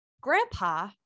grandpa